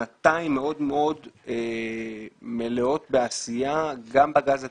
שנתיים מאוד מלאות בעשייה גם בגז הטבעי,